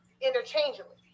interchangeably